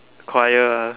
choir ah